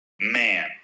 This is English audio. man –